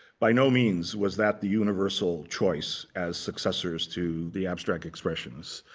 by no means was that the universal choice as successors to the abstract expressionists.